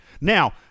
Now